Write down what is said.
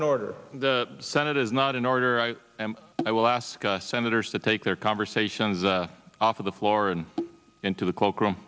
in order the senate is not in order i and i will ask our senators to take their conversations off of the floor and into the cloak room